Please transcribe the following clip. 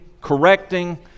correcting